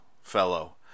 fellow